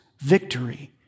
Victory